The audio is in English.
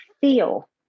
feel